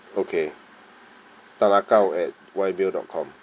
okay tan ah kau at white mail dot com